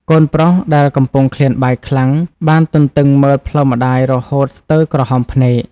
កូនប្រុសដែលកំពុងឃ្លានបាយខ្លាំង បានទន្ទឹងមើលផ្លូវម្ដាយរហូតស្ទើរក្រហមភ្នែក។